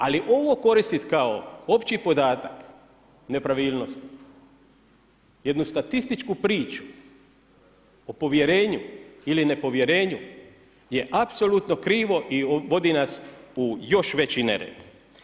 Ali ovo koristi kao opći podatak nepravilnosti, jednu statističku priču o povjerenju ili nepovjerenju je apsolutno krivo i vodi nas u još veći nered.